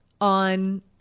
on